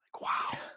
Wow